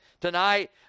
Tonight